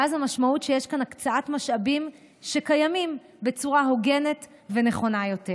ואז המשמעות היא שיש כאן הקצאת משאבים קיימים בצורה הוגנת ונכונה יותר.